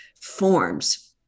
forms